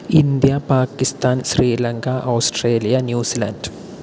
India Pakistan Sri Lanka Australia news land